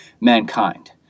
mankind